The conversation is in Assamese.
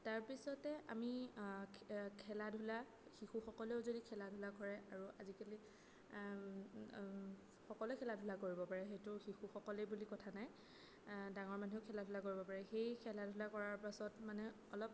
তাৰপিছতেই আমি খেলা ধূলা শিশুসকলেও যদি খেলা ধূলা কৰে আৰু আজিকালি সকলোৱে খেলা ধূলা কৰিব পাৰে সেইটো শিশুসকলে বুলি কথা নাই ডাঙৰ মানুহেও খেলা ধূলা কৰিব পাৰে সেই খেলা ধূলা কৰাৰ পাছত মানে অলপ